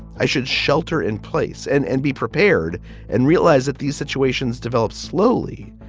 i should shelter in place and and be prepared and realize that these situations develop slowly.